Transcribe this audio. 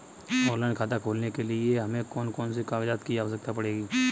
Online खाता खोलने के लिए हमें कौन कौन से कागजात की आवश्यकता पड़ेगी?